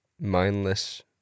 mindless